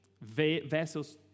vessels